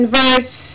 verse